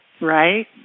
Right